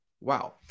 Wow